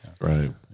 Right